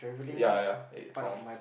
ya ya it counts